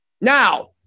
Now